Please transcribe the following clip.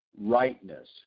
rightness